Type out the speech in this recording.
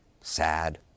sad